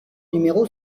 numéro